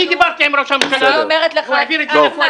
דיברתי עם ראש הממשלה, הוא העביר את זה לקואליציה.